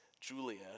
Julia